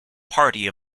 party